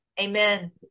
amen